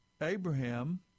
Abraham